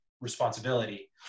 responsibility